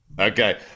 Okay